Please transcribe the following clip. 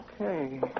Okay